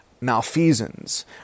malfeasance